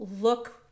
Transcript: look